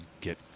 get